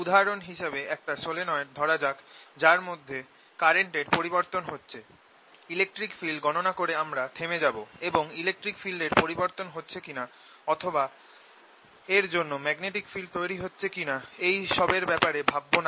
উদাহরণ হিসেবে একটা সলিনয়েড ধরা যাক যার মধ্যে কারেন্ট এর পরিবর্তন হচ্ছে ইলেকট্রিক ফিল্ড গণনা করে আমরা থেমে যাব এবং ইলেকট্রিক ফিল্ড এর পরিবর্তন হচ্ছে কিনা অথবা এর জন্য একটা ম্যাগনেটিক ফিল্ড তৈরি হবে কিনা এই সবের ব্যাপারে ভাবব না